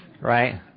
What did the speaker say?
Right